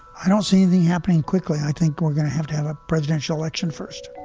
i don't see the happening quickly. i think we're gonna have to have a presidential election first